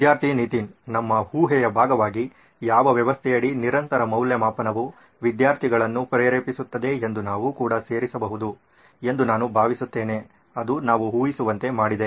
ವಿದ್ಯಾರ್ಥಿ ನಿತಿನ್ ನಮ್ಮ ಊಹೆಯ ಭಾಗವಾಗಿ ಯಾವ ವ್ಯವಸ್ಥೆಯಡಿಯಲ್ಲಿ ನಿರಂತರ ಮೌಲ್ಯಮಾಪನವು ವಿದ್ಯಾರ್ಥಿಗಳನ್ನು ಪ್ರೇರೇಪಿಸುತ್ತದೆ ಎಂದು ನಾವು ಕೂಡ ಸೇರಿಸಬಹುದು ಎಂದು ನಾನು ಭಾವಿಸುತ್ತೇನೆ ಅದು ನಾವು ಊಹಿಸುವಂತೆ ಮಾಡಿದೆ